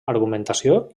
argumentació